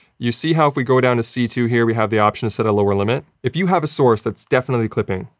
you see how if we go down to c two here, we have the option to set a lower limit? if you have a source that's definitely clipping,